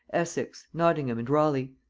essex, nottingham, and raleigh.